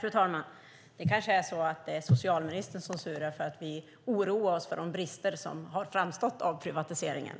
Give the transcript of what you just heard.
Fru talman! Det kanske är så att det är socialministern som surar för att vi oroar oss för de brister som har framstått av privatiseringen.